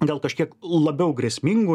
gal kažkiek labiau grėsmingu